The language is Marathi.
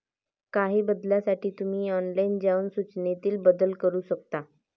काही बदलांसाठी तुम्ही ऑनलाइन जाऊन सूचनेतील बदल सेव्ह करू शकता